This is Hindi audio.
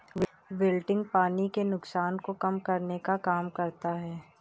विल्टिंग पानी के नुकसान को कम करने का भी काम करता है